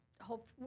hope